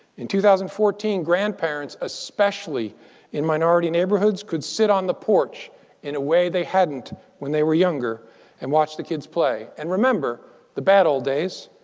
in two thousand and fourteen, grandparents, especially in minority neighborhoods, could sit on the porch in a way they hadn't when they were younger and watch the kids play and remember the bad old days,